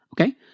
Okay